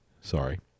Sorry